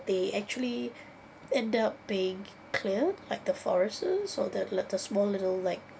they actually end up being cleared like the forests or that like the small little like